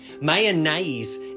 Mayonnaise